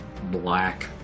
black